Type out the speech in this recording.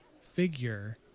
figure